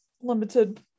limited